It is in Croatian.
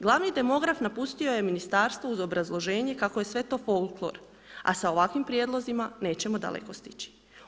Glavni demograf napustio je ministarstvo uz obrazloženje kako je sve to folklor, a s ovakvim prijedlozima nećemo daleko stići.